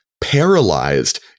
paralyzed